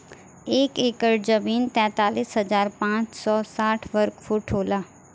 एक एकड़ जमीन तैंतालीस हजार पांच सौ साठ वर्ग फुट होला